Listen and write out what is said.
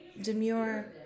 demure